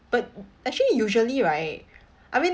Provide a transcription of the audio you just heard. but actually usually right I mean